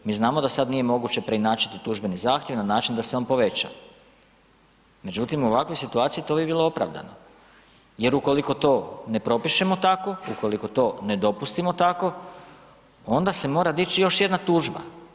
Mi znamo da sad nije moguće preinačiti tužbeni zahtjev na način da se on poveća međutim u ovakvoj situaciji to bi bilo opravdano jer ukoliko to ne propišemo tako, ukoliko to ne dopustimo tako, onda se mora dići još jedna tužba.